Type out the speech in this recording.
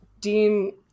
Dean